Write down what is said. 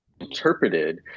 interpreted